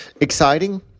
exciting